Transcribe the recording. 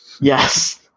Yes